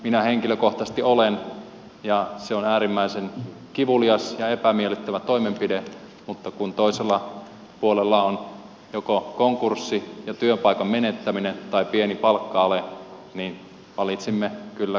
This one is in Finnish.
minä henkilökohtaisesti olen ja se on äärimmäisen kivulias ja epämiellyttävä toimenpide mutta kun toisella puolella on joko konkurssi ja työpaikan menettäminen tai pieni palkka ale niin valitsimme kyllä kollektiivisesti palkka alen